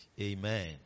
Amen